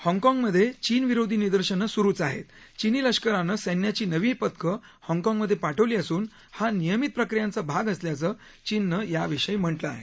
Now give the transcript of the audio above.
हाँगकॉगमधे चीन विरोधी निदर्शनं स्रुच आहेत चीनी लष्करानं सैन्याची नवी पथकं हाँगकाँगमधे पाठवली असून हा नियमित प्रक्रियाचा भाग असल्याचं चीननं म्हटलं आहे